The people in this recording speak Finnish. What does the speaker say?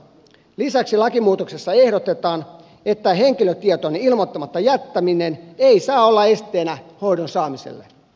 lisäksi lakimuutoksessa ehdotetaan että henkilötietojen ilmoittamatta jättäminen ei saa olla esteenä hoidon saamiselle